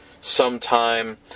sometime